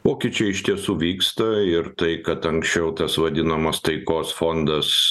pokyčiai iš tiesų vyksta ir tai kad anksčiau tas vadinamas taikos fondas